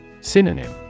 Synonym